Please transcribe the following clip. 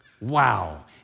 Wow